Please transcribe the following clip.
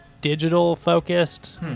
digital-focused